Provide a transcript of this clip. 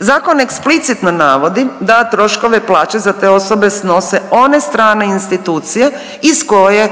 Zakon eksplicitno navodi da troškove plaće za te osobe snose one strane institucije iz koje